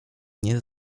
nie